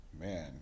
man